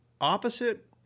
opposite